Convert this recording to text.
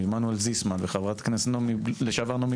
ועמנואל זיסמן וחברת הכנסת לשעבר נעמי